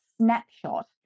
snapshot